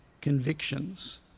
convictions